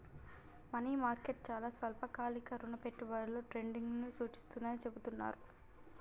money market చాలా స్వల్పకాలిక రుణ పెట్టుబడులలో ట్రేడింగ్ను సూచిస్తుందని చెబుతున్నరు